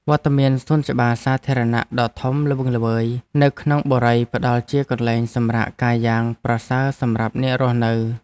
វត្តមានសួនច្បារសាធារណៈដ៏ធំល្វឹងល្វើយនៅក្នុងបុរីផ្តល់ជាកន្លែងសម្រាកកាយយ៉ាងប្រសើរសម្រាប់អ្នករស់នៅ។